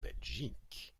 belgique